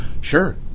sure